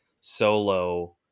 solo